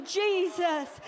jesus